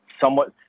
somewhat